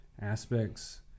aspects